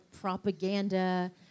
propaganda